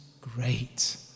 great